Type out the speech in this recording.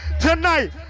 tonight